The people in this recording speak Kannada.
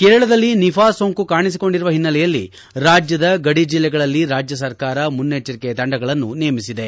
ಕೇರಳದಲ್ಲಿ ನಿಫಾ ಸೋಂಕು ಕಾಣಿಸಿಕೊಂಡಿರುವ ಹಿನ್ನೆಲೆಯಲ್ಲಿ ರಾಜ್ಯದ ಗಡಿ ಜಿಲ್ಲೆಗಳಲ್ಲಿ ರಾಜ್ಯ ಸರ್ಕಾರ ಮುನ್ನೆಚ್ಚರಿಕೆ ತಂಡಗಳನ್ನು ನೇಮಿಸಿದೆ